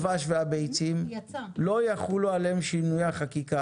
הדבש והביצים לא יחולו עליהם שינויי החקיקה